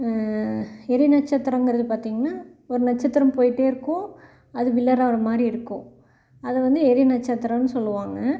எரிநட்சத்திரங்கிறது பார்த்திங்கன்னா ஒரு நட்சத்திரம் போயிட்டே இருக்கும் அது விழற வர மாதிரி இருக்கும் அதை வந்து எரிநட்சத்திரம்னு சொல்லுவாங்க